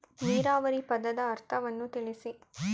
ನೀರಾವರಿ ಪದದ ಅರ್ಥವನ್ನು ತಿಳಿಸಿ?